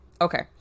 okay